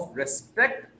respect